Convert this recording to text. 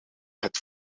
het